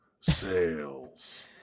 sales